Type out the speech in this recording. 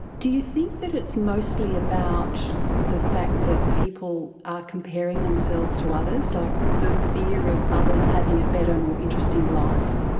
do you think that it's mostly about the fact that people are comparing themselves to others, like the fear of others having a better, more interesting life?